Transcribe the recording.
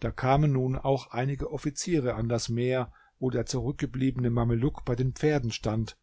da kamen nun auch einige offiziere an das meer wo der zurückgebliebene mameluck bei den pferden stand